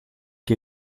die